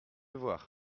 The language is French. voir